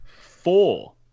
four